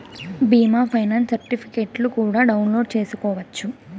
బీమా ఫైనాన్స్ సర్టిఫికెట్లు కూడా డౌన్లోడ్ చేసుకోవచ్చు